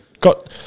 got